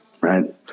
right